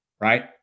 right